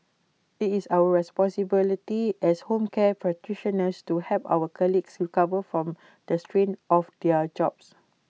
IT is our responsibility as home care practitioners to help our colleagues recover from the strain of their jobs